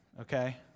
okay